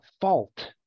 fault